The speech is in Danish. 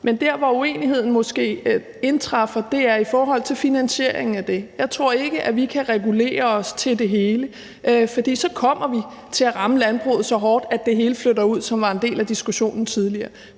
men der, hvor uenigheden måske indtræffer, er i forhold til finansieringen af det. Jeg tror ikke, at vi kan regulere os til det hele, for så kommer vi til at ramme landbruget så hårdt, at det hele flytter ud, hvilket var en del af diskussionen tidligere.